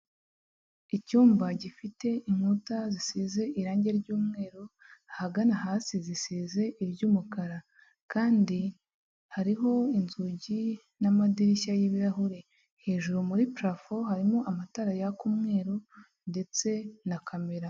Icyumba gifite inkuta zisize irangi ry'umweru ahagana hasi zisize iry'umukara kandi hariho inzugi n'amadirishya y'ibirahure, hejuru muri parafo harimo amatara yaka umweru ndetse na kamera.